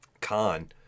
Khan